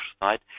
side